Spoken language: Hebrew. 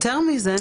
יותר מזה,